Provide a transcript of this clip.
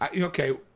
Okay